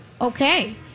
okay